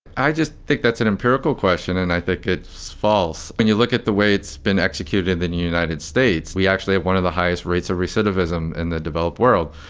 i just think that's an empirical question and i think it's false. when you look at the way it's been executed in the united states, we actually have one of the highest rates of recidivism in the developed world.